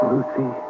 Lucy